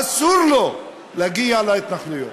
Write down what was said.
אסור לו להגיע להתנחלויות.